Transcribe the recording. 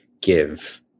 give